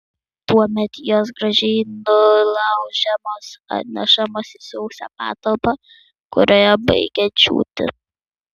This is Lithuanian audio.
tuomet jos gražiai nulaužiamos atnešamos į sausą patalpą kurioje baigia džiūti